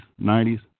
90s